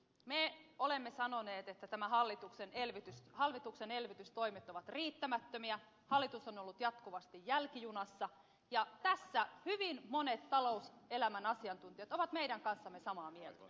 me olemme sanoneet että nämä hallituksen elvytystoimet ovat riittämättömiä hallitus on ollut jatkuvasti jälkijunassa ja tästä hyvin monet talouselämän asiantuntijat ovat meidän kanssamme samaa mieltä